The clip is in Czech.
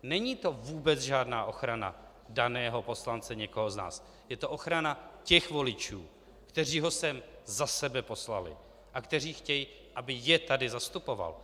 Není to vůbec žádná ochrana daného poslance, někoho z nás, je to ochrana voličů, kteří ho sem za sebe poslali a kteří chtějí, aby je tady zastupoval.